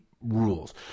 rules